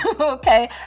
okay